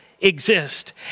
exist